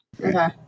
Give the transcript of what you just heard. okay